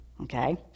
Okay